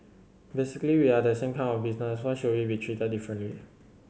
basically we are the same kind of business why should we be treated differently